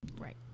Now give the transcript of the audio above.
Right